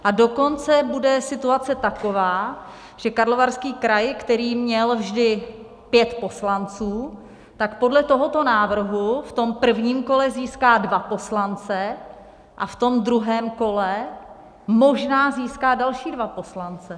A dokonce bude situace taková, že Karlovarský kraj, který měl vždy pět poslanců, tak podle tohoto návrhu v tom prvním kole získá dva poslance a v tom druhém kole možná získá další dva poslance.